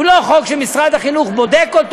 הוא לא חוק שמשרד החינוך בודק אותו,